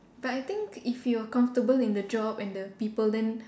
but I think if you are comfortable in the job and the people then